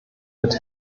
mit